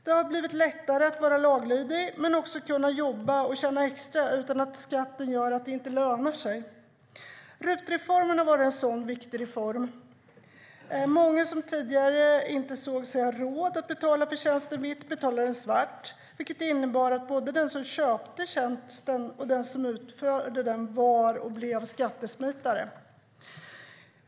Det har blivit lättare att både vara laglydig, men också att kunna jobba och tjäna extra utan att skatten gör att det inte lönar sig. RUT-reformen har varit en sådan viktig reform. Många som tidigare inte ansåg sig ha råd att betala tjänster vitt betalade dem svart, vilket innebar att både den som köpte tjänsten och den som utförde den var eller blev skattesmitare.